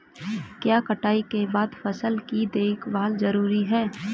क्या कटाई के बाद फसल की देखभाल जरूरी है?